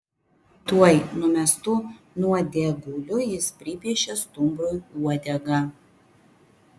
tuoj numestu nuodėguliu jis pripiešė stumbrui uodegą